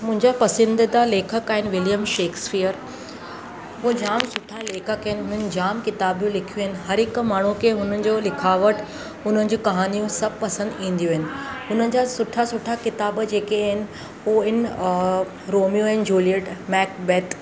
मुंहिंजा पसंदीदा लेखक आहिनि विलियम शेक्सपियर उहे जामु सुठा लेखक आहिनि हुननि जाम किताब लिखिया आहिनि हर हिकु माण्हू खे हुन जो लिखावट हुननि जूं कहानियूं सभु पसंदि ईंदियूं आहिनि हुननि जा सुठा सुठा किताब जेके आहिनि उहे आहिनि Romeo and Juliet Mac bat